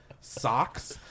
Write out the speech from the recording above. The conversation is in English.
socks